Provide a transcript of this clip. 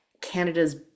Canada's